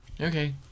Okay